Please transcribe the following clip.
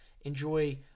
enjoy